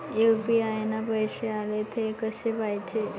UPI न पैसे आले, थे कसे पाहाचे?